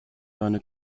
seine